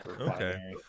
okay